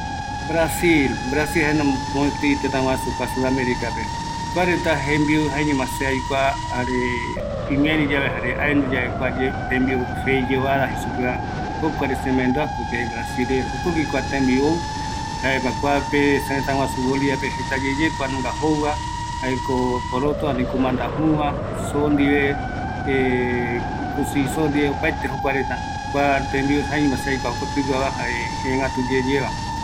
﻿Brasil, Brasil jae mopeti tëtaguasu kua sudamerikape, kua reta jembiu, jaeñoma se aikua jare, imiari yave jare aendu yave kua tembiu feyoada jeisupeva jokuare semaendua, porque es brasilero, jokogjui kua tembiu ou, jaema kuape serëtaguasu boliviape jëtayeye kuanunga jouva, jaeko poroto ani kumanda jüva soo ndive kusi soo ndie, opaete jokua reta, kua tembiu jaeñoma se aikua jokotiguava jare jëgätu yeyeva